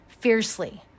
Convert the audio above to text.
fiercely